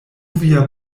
via